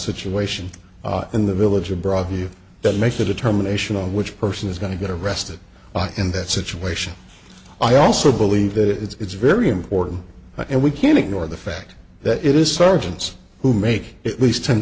situation in the village of broadview that makes a determination of which person is going to get arrested in that situation i also believe that it's very important and we can't ignore the fact that it is sergeants who make it least ten